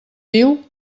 viu